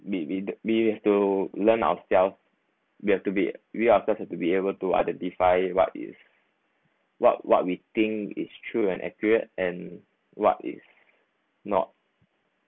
we we we have to learn ourselves we have to be we ourselves to be able to identify what is what what we think is true and accurate and what is not